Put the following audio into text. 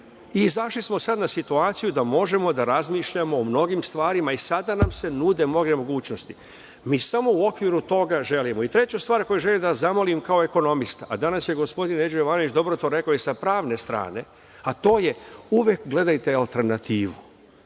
Izašli smo sada na situaciju da možemo da razmišljamo o mnogim stvarima i sada nam se nude mnoge mogućnosti. Mi samo u okviru toga želimo. Treću stvar koju želim da vas zamolim kao ekonomista, a danas je gospodin Neđo Jovanović dobro to rekao, sa pravne strane, a to je uvek gledajte alternativu.